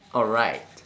alright